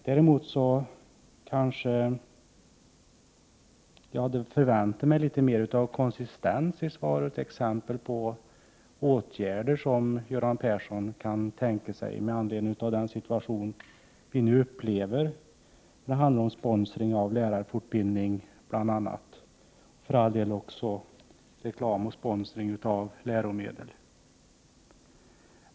Däremot hade jag förväntat mig litet mer konsistens i svaret, exempel på åtgärder som Göran Persson kan tänka sig vidta med anledning av den nuvarande situationen i fråga om bl.a. sponsring av lärarfortbildning och även reklam och sponsring när det gäller läromedel.